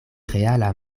reala